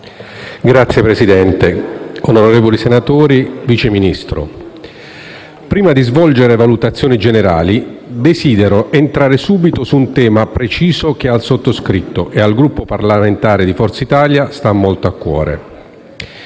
Vice Ministro, onorevoli senatori, prima di svolgere valutazioni generali desidero entrare subito su un tema preciso che al sottoscritto e al Gruppo parlamentare di Forza Italia sta molto a cuore.